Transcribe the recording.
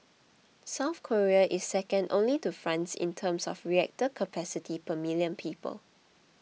South Korea is second only to France in terms of reactor capacity per million people